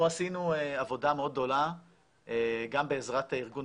פה עשינו עבודה מאוד גדולה גם בעזרת ארגון